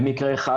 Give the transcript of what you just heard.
במקרה אחד